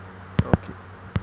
okay